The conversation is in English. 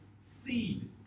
seed